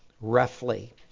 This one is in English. roughly